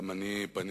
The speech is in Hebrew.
גם אני פניתי,